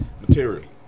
material